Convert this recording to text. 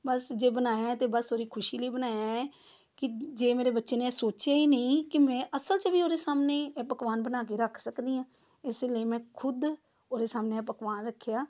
ਬਸ ਜੇ ਬਣਾਇਆ ਹੈ ਤਾਂ ਬਸ ਉਹਦੀ ਖੁਸ਼ੀ ਲਈ ਬਣਾਇਆ ਹੈ ਕਿ ਜੇ ਮੇਰੇ ਬੱਚੇ ਨੇ ਸੋਚਿਆ ਹੀ ਨਹੀਂ ਕਿ ਮੈਂ ਅਸਲ 'ਚ ਵੀ ਉਹਦੇ ਸਾਹਮਣੇ ਪਕਵਾਨ ਬਣਾ ਕੇ ਰੱਖ ਸਕਦੀ ਹਾਂ ਇਸੇ ਲਈ ਮੈਂ ਖੁਦ ਉਹਦੇ ਸਾਹਮਣੇ ਇਹ ਪਕਵਾਨ ਰੱਖਿਆ